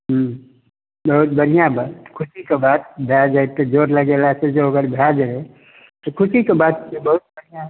हम्म बहुत बढ़िआँ बात खुशीके बात भए जाइ तऽ जोर लगेलासँ जँ अगर भऽ जाइ तऽ खुशीके बात छियै बहुत बढ़िआँ